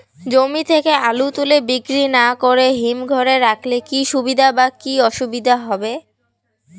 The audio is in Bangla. জমি থেকে আলু তুলে বিক্রি না করে হিমঘরে রাখলে কী সুবিধা বা কী অসুবিধা হবে?